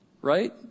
right